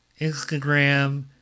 Instagram